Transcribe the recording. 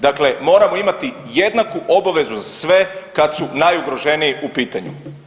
Dakle, moramo imati jednaku obavezu za sve kad su najugroženiji u pitanju.